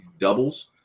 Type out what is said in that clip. doubles